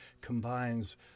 combines